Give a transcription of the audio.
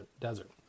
desert